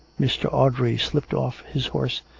mr. audrey slipped off his horse,